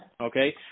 okay